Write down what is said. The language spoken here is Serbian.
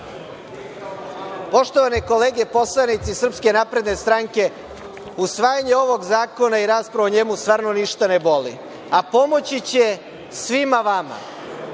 Poštovane kolege poslanici Srpske napredne stranke, usvajanje ovog zakona i rasprava o njemu stvarno ništa ne boli, a pomoći će svima vama.